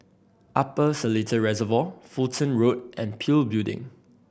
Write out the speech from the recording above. Upper Seletar Reservoir Fulton Road and PIL Building